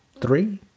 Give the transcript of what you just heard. three